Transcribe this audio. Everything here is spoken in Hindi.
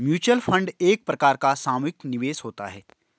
म्यूचुअल फंड एक प्रकार का सामुहिक निवेश होता है